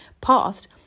past